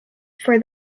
for